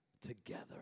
together